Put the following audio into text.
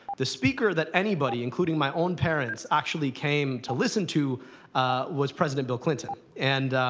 the speaker that anybody, including my own parents actually came to listen to was president bill clinton. and